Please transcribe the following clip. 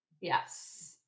Yes